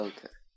Okay